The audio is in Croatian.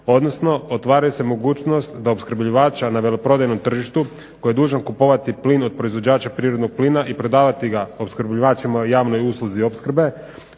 odnosno otvara se mogućnost da opskrbljivača na veleprodajnom tržištu koji je dužan kupovati plin od proizvođača prirodnog plina i predavati ga opskrbljivačima u javnoj usluzi opskrbe